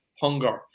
hunger